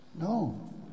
No